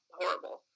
horrible